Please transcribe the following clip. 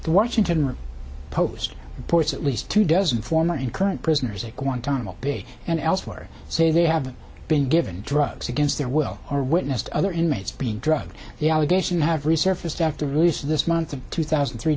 the washington post reports at least two dozen former and current prisoners at guantanamo bay and elsewhere say they haven't been given drugs against their will or witnessed other inmates being drugged the allegation have resurfaced after release this month of two thousand and three